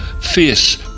Fierce